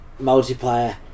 multiplayer